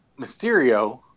Mysterio